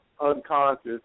unconscious